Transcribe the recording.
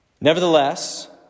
Nevertheless